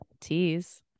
tease